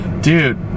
dude